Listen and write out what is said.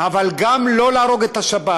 אבל גם לא להרוג את השבת.